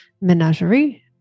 Menagerie